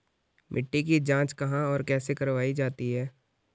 मिट्टी की जाँच कहाँ और कैसे करवायी जाती है?